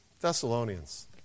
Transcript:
Thessalonians